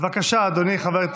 אני לוקח זמן מהיום והלאה,